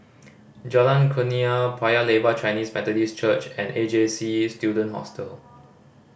Jalan Kurnia Paya Lebar Chinese Methodist Church and A J C Student Hostel